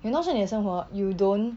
you know 你的生活 you don't